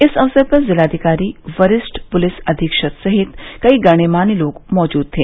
इस अवसर पर जिलाधिकारी वरिष्ठ पुलिस अधीक्षक सहित कई गणमान्य लोग मौजूद थे